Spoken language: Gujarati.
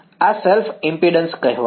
આ સેલ્ફ ઈમ્પિડન્સ કહેવાશે